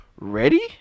ready